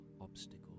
obstacles